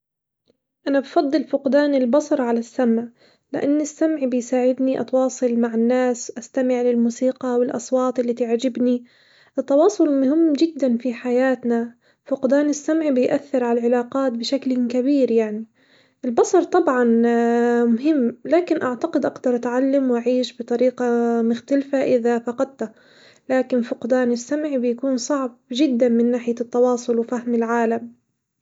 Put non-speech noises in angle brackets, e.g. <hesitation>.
أنا بفضل فقدان البصر على السمع، لإن السمع بيساعدني أتواصل مع الناس، أستمع للموسيقى والأصوات اللي تعجبني، التواصل مهم جدًا في حياتنا، فقدان السمع بيأثر على العلاقات بشكل كبير يعني البصر طبعًا <hesitation> مهم، لكن أعتقد أقدر أتعلم و أعيش بطريقة مختلفة إذا فقدته، لكن فقدان السمع بيكون صعب جدًا من ناحية التواصل وفهم العالم.